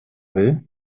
will